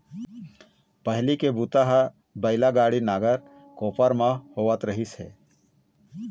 पहिली के बूता ह बइला गाड़ी, नांगर, कोपर म होवत रहिस हे